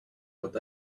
but